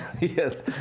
Yes